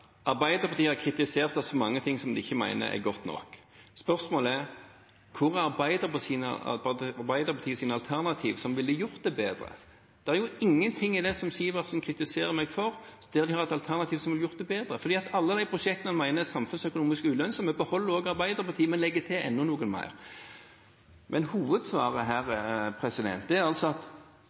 Arbeiderpartiet har kritisert oss for mange ting som de mener ikke er godt nok. Spørsmålet er: Hva er Arbeiderpartiets alternativ, som ville gjort det bedre? Det er jo ingenting i det som Sivertsen kritiserer meg for, som de har et alternativ til som ville gjort dette bedre. Alle de prosjektene han mener er samfunnsøkonomisk ulønnsomme, beholder Arbeiderpartiet, men legger til enda flere. Hovedsvaret her er at det eneste Arbeiderpartiet har fått med seg at denne regjeringen har gjort, er